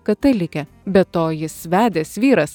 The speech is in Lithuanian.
katalikė be to jis vedęs vyras